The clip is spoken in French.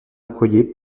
accoyer